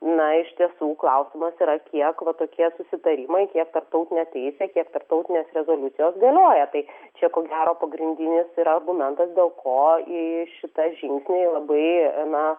na iš tiesų klausimas yra kiek va tokie susitarimai kiek tarptautinė teisė kiek tarptautinės rezoliucijos galioja tai čia ko gero pagrindinis yra argumentas dėl ko į šitą žingsnį labai gana